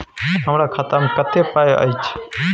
हमरा खाता में कत्ते पाई अएछ?